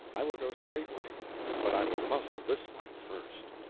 i will go straightway but i will muzzle this one first.